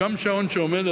וגם שעון שעומד,